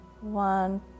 one